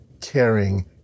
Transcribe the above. caring